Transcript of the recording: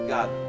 God